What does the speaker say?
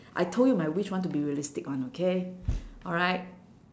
I told you my wish want to be realistic one okay alright